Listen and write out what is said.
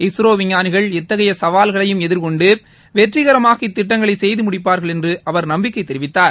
இஸ்ரோ விஞ்ஞானிகள் எத்தகைய சவால்களையும் எதிர்கொண்டு வெற்றிகரமாக இத்திட்டங்களை செய்து முடிப்பார்கள் என்று அவர் நம்பிக்கை தெரிவித்தார்